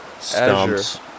Stumps